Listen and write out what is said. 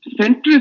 centrist